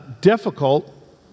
difficult